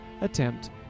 attempt